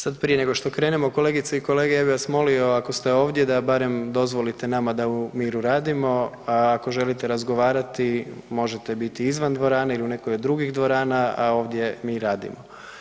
Sad prije nego što krenemo kolegice i kolege ja bih vas molio ako ste ovdje da barem dozvolite nama da u miru radimo, a ako želite razgovarati možete biti izvan dvorene ili u nekoj od drugih dvorana, a ovdje mi radimo.